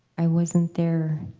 i wasn't there,